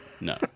No